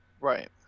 right